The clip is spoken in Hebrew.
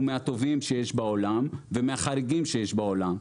מהטובים שיש בעולם ומהחריגים שיש בעולם.